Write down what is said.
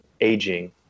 aging